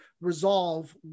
resolve